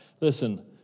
Listen